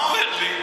מה הוא אומר לי?